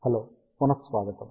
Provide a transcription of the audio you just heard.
hello పునఃస్వాగతం